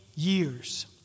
Years